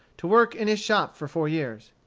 to work in his shop for four years.